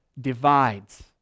divides